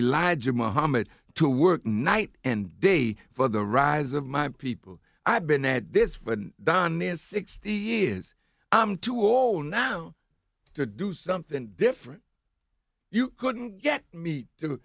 elijah muhammad to work night and day for the rise of my people i've been at this for don in sixty years i'm too old now know to do something different you couldn't get me to